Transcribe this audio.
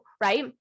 right